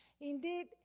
Indeed